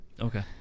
okay